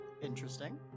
Interesting